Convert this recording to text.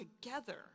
together